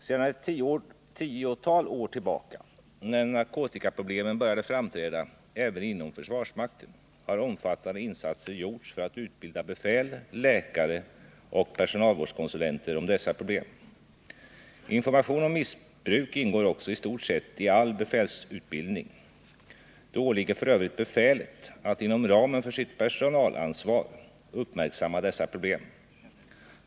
Sedan ett tiotal år tillbaka, när narkotikaproblemen började framträda även inom försvarsmakten, har omfattande insatser gjorts för att utbilda befäl, läkare och personalvårdskonsulenter om dessa problem. Information om missbruk ingår också i stort sett i all befälsutbildning. Det åligger f. ö. befälet att inom ramen för sitt personalansvar uppmärksamma dessa problem.